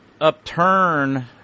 upturn